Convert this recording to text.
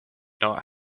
not